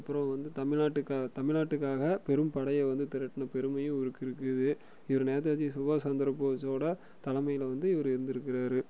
அப்புறம் வந்து தமிழ்நாட்டுக்காக தமிழ்நாட்டுக்காக பெரும் படையே வந்து திரட்டின பெருமையும் இவருக்கு இருக்குது இவர் நேதாஜி சுபாஷ் சந்திரபோஸ்ஸோட தலைமையில் வந்து இவர் இருந்திருக்காரு